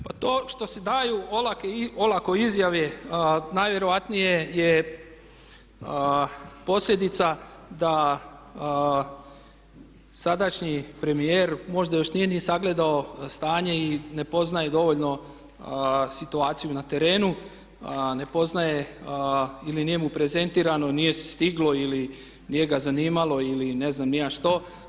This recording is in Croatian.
Pa to što se daju olako izjave najvjerojatnije je posljedica da sadašnji premijer možda još nije ni sagledao stanje i ne poznaje dovoljno situaciju na terenu, ne poznaje ili nije mu prezentirano, nije se stiglo ili nije ga zanimalo ili ne znam ni ja što.